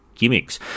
Gimmicks